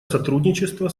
сотрудничество